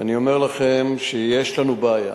ואני אומר לכם שיש לנו בעיה.